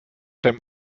dem